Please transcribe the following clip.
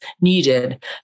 needed